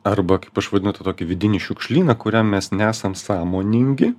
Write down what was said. arba kaip aš vadinu tą tokį vidinį šiukšlyną kuriam mes nesam sąmoningi